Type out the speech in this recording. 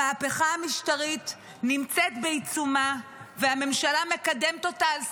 המהפכה המשטרית נמצאת בעיצומה והממשלה מקדמת אותה על סטרואידים,